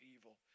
evil